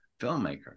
filmmaker